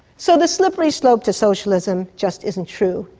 so the slippery slope to socialism just isn't true.